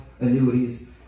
annuities